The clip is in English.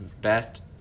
Best